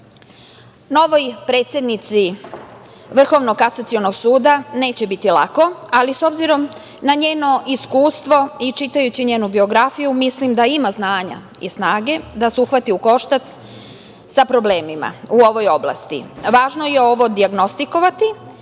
predsednici Vrhovnog kasacionog suda neće biti lako, ali s obzirom na njeno iskustvo i čitajući njenu biografiju mislim da ima znanja i snage da se uhvati u koštac sa problemima u ovoj oblasti. Važno je ovo dijagnostikovati